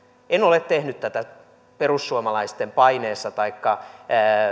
en ole tehnyt tätä perussuomalaisten paineessa taikka